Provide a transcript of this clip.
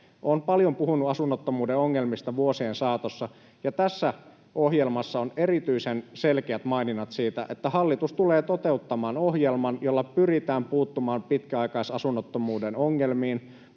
Olen paljon puhunut asunnottomuuden ongelmista vuosien saatossa, ja tässä ohjelmassa on erityisen selkeät maininnat siitä, että hallitus tulee toteuttamaan ohjelman, jolla pyritään puuttumaan pitkäaikaisasunnottomuuden ongelmiin,